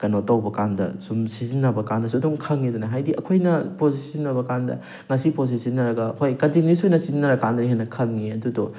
ꯀꯩꯅꯣ ꯇꯧꯕꯀꯥꯟꯗ ꯁꯨꯝ ꯁꯤꯖꯟꯅꯕ ꯀꯥꯟꯗꯁꯨ ꯑꯗꯨꯝ ꯈꯪꯉꯤꯗꯅ ꯍꯥꯏꯗꯤ ꯑꯩꯈꯣꯏꯅ ꯄꯣꯠꯁꯦ ꯁꯤꯖꯟꯅꯕ ꯀꯥꯟꯗ ꯃꯁꯤ ꯄꯣꯠꯁꯦ ꯁꯤꯖꯟꯅꯔꯒ ꯍꯣꯏ ꯀꯟꯇꯤꯅ꯭ꯌꯨꯁ ꯑꯣꯏꯅ ꯁꯤꯖꯟꯅꯔ ꯀꯥꯟꯗ ꯍꯦꯟꯅ ꯈꯪꯉꯦ ꯑꯗꯨꯗꯣ